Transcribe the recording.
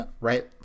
right